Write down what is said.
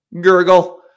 gurgle